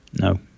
No